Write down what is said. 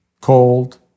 cold